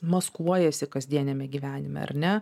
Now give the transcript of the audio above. maskuojasi kasdieniame gyvenime ar ne